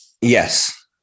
Yes